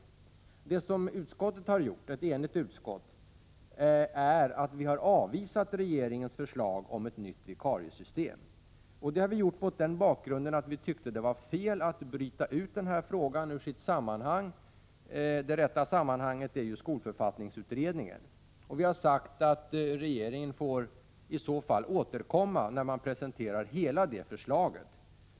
Vad ett enigt utskott har gjort är att vi har avvisat regeringens förslag om ett nytt vikariesystem. Det har vi gjort mot bakgrund av att vi tyckte att det var fel att bryta ut den här frågan ur sitt sammanhang. Det rätta sammanhanget är ju skolförfattningsutredningen. Vi har sagt att regeringen får återkomma när man presenterar hela det utredningsförslaget.